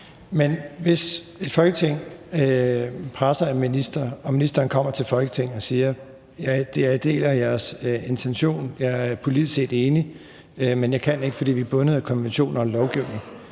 (S): Hvis et Folketing presser en minister og ministeren kommer til Folketinget og siger, at ministeren deler deres intention, og at ministeren er politisk set enig, men kan ikke, for vi er bundet af konventioner og lovgivning,